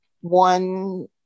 one